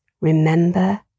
Remember